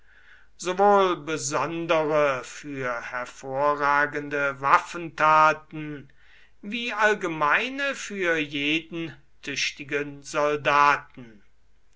sowohl besondere für hervorragende waffentaten wie allgemeine für jeden tüchtigen soldaten